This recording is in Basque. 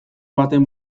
baten